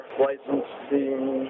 licensing